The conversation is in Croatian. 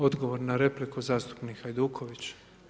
Odgovor na repliku, zastupnik Hajduković.